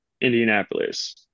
Indianapolis